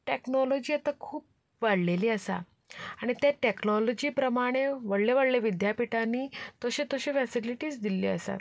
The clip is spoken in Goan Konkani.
टॅक्नॉलॉजी आतां खूब वाडिल्ली आसा आनी ते टॅक्नॉलॉजी प्रमाणें व्हडल्या व्हडल्या विद्यापिठांनी तश्यो तश्यो फॅसिलिटीज दिल्ली आसात